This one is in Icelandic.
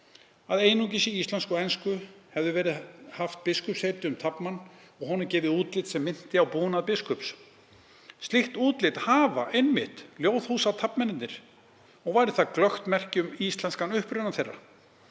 að einungis í íslensku og ensku hefði verið haft biskupsheiti um taflmann og honum gefið útlit sem minnti á búnað biskups. Slíkt útlit hafa Ljóðhúsataflmennirnir og væri það glöggt merki um íslenskan uppruna þeirra.